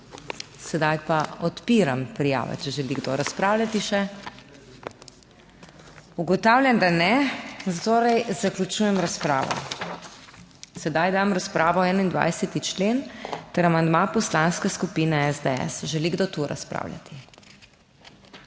Sedaj pa odpiram prijave, če želi kdo razpravljati še. Ugotavljam, da ne, torej zaključujem razpravo. Sedaj dajem v razpravo 21. člen ter amandma Poslanske skupine SDS. Želi kdo tu razpravljati?